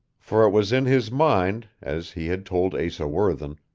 for it was in his mind, as he had told asa worthen,